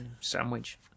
Sandwich